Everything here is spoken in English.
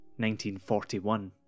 1941